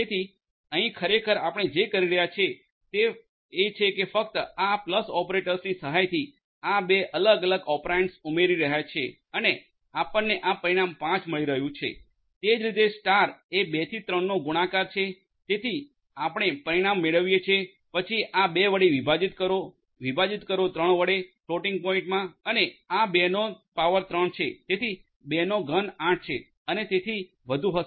તેથી અહીં ખરેખર આપણે જે કરી રહ્યા છો તે એ છે કે તમે ફક્ત આ પ્લસ ઓપરેટરની સહાયથી આ બે અલગ અલગ ઓપરેન્ડ્સ ઉમેરી રહ્યા છો અને આપણને આ પરિણામ 5 મળી રહ્યું છે તે જ રીતે સ્ટાર એ 2 થી 3નો ગુણાકાર છે તેથી આપણે પરિણામ મેળવીએ છીએ પછી આ 2 વડે વિભાજીત કરો વિભાજીત કરો 3 વડે ફ્લોટિંગ પોઇન્ટમાં અને આ 2નો પાવર 3 છે તેથી 2નો ઘન 8 છે અને તેથી વધુ હશે